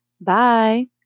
Bye